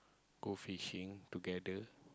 go fishing together